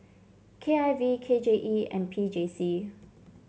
K I V K J E and P J C